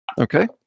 Okay